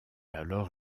alors